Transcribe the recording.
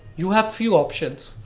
you have few options.